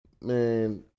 man